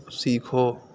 سیکھو